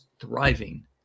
thriving